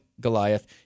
Goliath